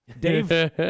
Dave